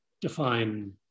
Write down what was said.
define